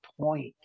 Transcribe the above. point